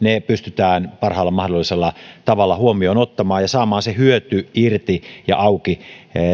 pystytään parhaalla mahdollisella tavalla huomioon ottamaan ja saamaan se hyöty irti ja auki